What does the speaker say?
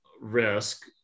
risk